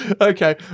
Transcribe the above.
Okay